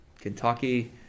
Kentucky